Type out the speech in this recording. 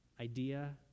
idea